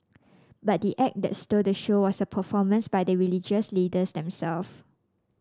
but the act that stole the show was a performance by the religious leaders themselves